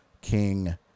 King